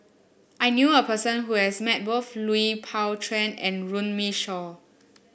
I knew a person who has met both Lui Pao Chuen and Runme Shaw